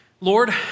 Lord